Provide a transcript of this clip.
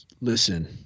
listen